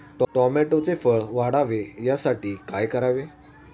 टोमॅटोचे फळ वाढावे यासाठी काय करावे?